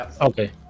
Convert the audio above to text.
Okay